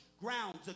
grounds